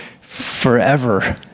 forever